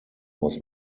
was